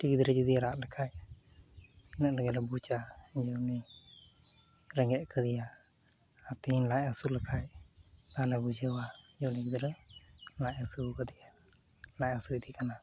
ᱢᱤᱫᱴᱮᱱ ᱜᱤᱫᱽᱨᱟᱹ ᱡᱚᱫᱤᱭ ᱨᱟᱜ ᱞᱮᱠᱷᱟᱱ ᱤᱱᱟᱹ ᱨᱮᱜᱮᱞᱮ ᱵᱩᱡᱟ ᱡᱮ ᱩᱱᱤ ᱨᱮᱸᱜᱮᱡ ᱟᱠᱟᱫᱮᱭᱟ ᱟᱨ ᱛᱮᱦᱮᱧ ᱞᱟᱡ ᱦᱟᱹᱥᱩ ᱞᱮᱠᱷᱟᱱ ᱛᱟᱦᱞᱮ ᱵᱩᱡᱷᱟᱹᱣᱟ ᱡᱮ ᱩᱱᱤ ᱜᱤᱫᱽᱨᱟᱹ ᱞᱟᱡ ᱦᱟᱹᱥᱩᱣᱠᱟᱫᱮᱭᱟ ᱞᱟᱡ ᱦᱟᱹᱥᱩᱭᱫᱮ ᱠᱟᱱᱟ